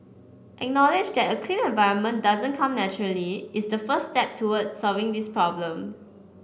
acknowledge that a clean environment doesn't come naturally is the first step toward solving this problem